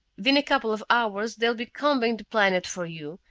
within a couple of hours, they'll be combing the planet for you,